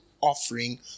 offering